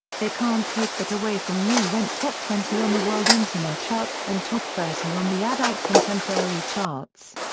they can't take that away from me went top twenty on the world internet charts and top thirty on the adult contemporary charts.